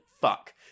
fuck